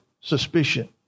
suspicion